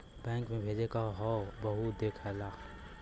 bank मे भेजे क हौ वहु देख ला